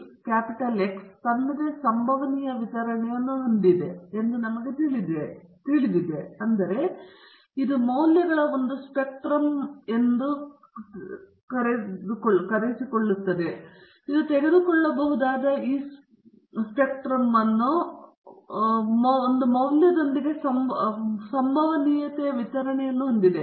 ಈಗ ಯಾದೃಚ್ಛಿಕ variable X ತನ್ನದೇ ಸಂಭವನೀಯ ವಿತರಣೆಯನ್ನು ಹೊಂದಿದೆ ಎಂದು ನಮಗೆ ತಿಳಿದಿದೆ ಅಂದರೆ ಇದು ಮೌಲ್ಯಗಳ ಒಂದು ಸ್ಪೆಕ್ಟ್ರಮ್ ತೆಗೆದುಕೊಳ್ಳಬಹುದು ಮತ್ತು ಇದು ತೆಗೆದುಕೊಳ್ಳಬಹುದಾದ ಈ ಸ್ಪೆಕ್ಟ್ರಮ್ ಮೌಲ್ಯದೊಂದಿಗೆ ಸಂಭವನೀಯತೆಯ ವಿತರಣೆಯನ್ನು ಹೊಂದಿದೆ